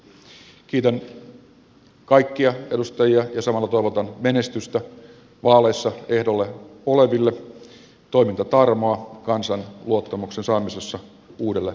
kiitän kaikkia edustajia ja samalla toivotan menestystä vaaleissa ehdolla oleville toimintatarmoa kansan luottamuksen saamisessa uudelle valtakirjalle